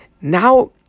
Now